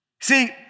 See